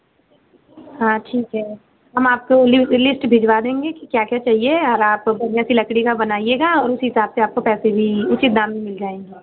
हाँ ठीक है हम आपको लिस्ट भिजवा देंगे कि क्या क्या चाहिए और आप की लकड़ी का बनाइएगा और उसी हिसाब से आपको पैसे भी उचित दाम मिल जाएँगे